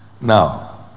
Now